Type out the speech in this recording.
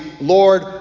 Lord